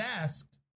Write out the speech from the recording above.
asked